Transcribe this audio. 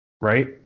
right